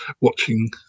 watching